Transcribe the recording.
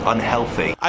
Unhealthy